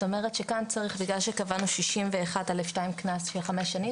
בגלל שקבענו 61א(2) קנס של 5 שנים,